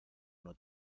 uno